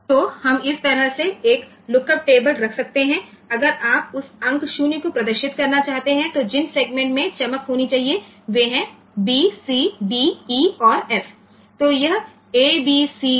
तो हम इस तरह से एक लुकअप टेबल रख सकते हैं अगर आप उस अंक 0 को प्रदर्शित करना चाहते हैं तो जिन सेगमेंट में चमक होनी चाहिए वे हैं b c d e और f